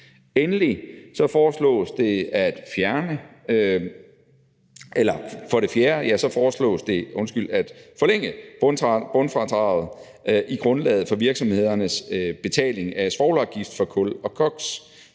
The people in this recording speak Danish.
fjerde foreslås det at forlænge bundfradraget i grundlaget for virksomhedernes betaling af svovlafgift for kul og koks.